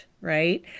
right